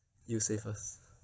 you say first